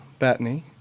Batney